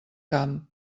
camp